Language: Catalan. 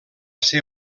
ser